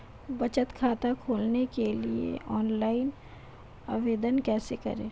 बचत खाता खोलने के लिए ऑनलाइन आवेदन कैसे करें?